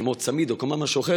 כמו צמיד או משהו אחר,